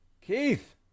keith